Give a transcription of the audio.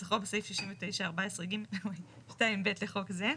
כניסוח בסעיף 69(14)(ג)(2)(ב) לחוק זה,